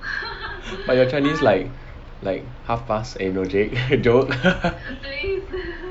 but your chinese like like half past eh no joke